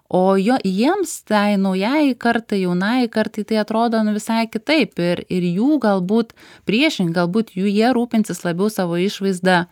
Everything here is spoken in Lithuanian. o jo jiems tai naujajai kartai jaunajai kartai tai atrodo nu visai kitaip ir ir jų galbūt priešingai galbūt jų jie rūpinsis labiau savo išvaizda